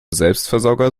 selbstversorger